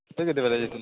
ତୁ କେତେବେଲେ ଯାଇଥିଲୁ